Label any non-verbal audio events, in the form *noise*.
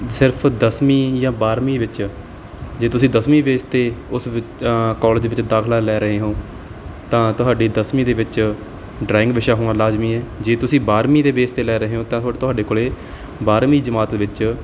ਸਿਰਫ ਦਸਵੀਂ ਜਾਂ ਬਾਰਵੀਂ ਵਿੱਚ ਜੇ ਤੁਸੀਂ ਦਸਵੀਂ ਬੇਸ 'ਤੇ ਉਸ ਵਿਦਿ ਕਾਲਜ ਵਿੱਚ ਦਾਖਲਾ ਲੈ ਰਹੇ ਹੋ ਤਾਂ ਤੁਹਾਡੀ ਦਸਵੀਂ ਦੇ ਵਿੱਚ ਡਰਾਇੰਗ ਵਿਸ਼ਾ ਹੋਣਾ ਲਾਜ਼ਮੀ ਹੈ ਜੇ ਤੁਸੀਂ ਬਾਰਵੀਂ ਦੇ ਬੇਸ 'ਤੇ ਲੈ ਰਹੇ ਹੋ ਤਾਂ *unintelligible* ਤੁਹਾਡੇ ਕੋਲ ਬਾਰਵੀਂ ਜਮਾਤ ਵਿੱਚ